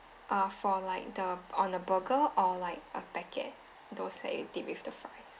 uh for like the on the burger or like a packet those that you dip with the fries